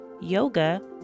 yoga